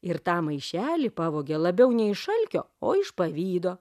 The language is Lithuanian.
ir tą maišelį pavogė labiau nei iš alkio o iš pavydo